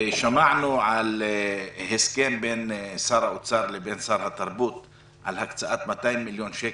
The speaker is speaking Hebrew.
שמענו על הסכם בין שר האוצר לבין שר התרבות על הקצאת 200 מיליון שקל,